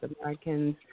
Americans